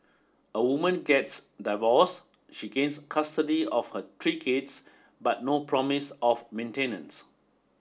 a woman gets divorced she gains custody of her three kids but no promise of maintenance